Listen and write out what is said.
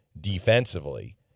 defensively